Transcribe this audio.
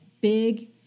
big